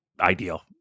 ideal